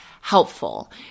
helpful